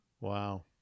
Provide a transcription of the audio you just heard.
wow